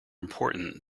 important